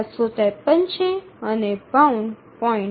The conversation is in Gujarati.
૭૫૩ છે અને બાઉન્ડ 0